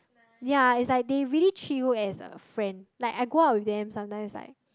ya it's like they really treat you as a friend like I go out with them sometimes like